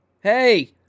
Hey